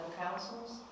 Councils